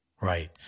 Right